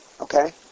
Okay